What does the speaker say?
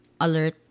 alert